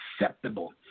acceptable